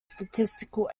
statistical